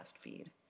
feed